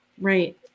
right